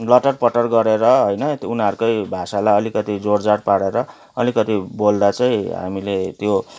letter पटर गरेर होइन उनीहरूकै भाषालाई अलिकति जोडजाड पारेर अलिकति बोल्दा चाहिँ हामीले त्यो